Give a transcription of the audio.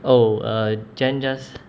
oh uh jen just